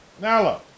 Nala